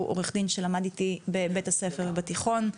עורך דין שלמד איתי בבית הספר התיכון.